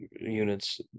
units